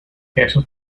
esos